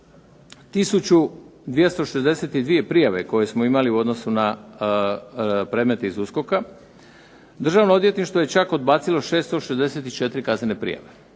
1262 prijave koje smo imali u odnosu na predmete iz USKOK-a Državno odvjetništvo je čak odbacilo 664 kaznene prijave.